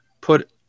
put